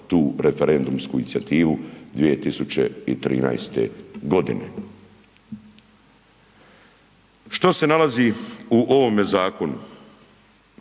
tu referendumsku inicijativu 2013. godine. Što se nalazi u ovome zakonu?